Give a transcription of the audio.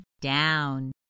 down